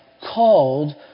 called